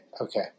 Okay